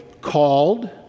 called